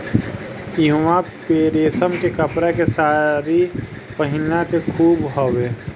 इहवां पे रेशम के कपड़ा के सारी पहिनला के खूबे हवे